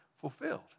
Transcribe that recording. fulfilled